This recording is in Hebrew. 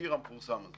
הקיר המפורסם הזה